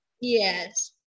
Yes